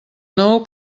nou